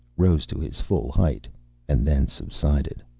rose to his full height and then subsided.